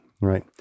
right